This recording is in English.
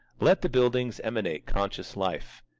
let the buildings emanate conscious life.